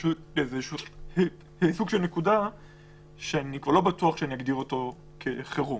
לנקודה שלא בטוח שאגדיר אותה כחירום.